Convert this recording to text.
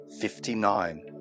fifty-nine